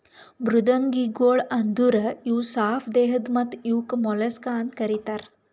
ಮೃದ್ವಂಗಿಗೊಳ್ ಅಂದುರ್ ಇವು ಸಾಪ್ ದೇಹದ್ ಮತ್ತ ಇವುಕ್ ಮೊಲಸ್ಕಾ ಅಂತ್ ಕರಿತಾರ್